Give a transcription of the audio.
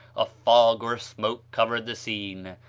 a fog or smoke covered the scene,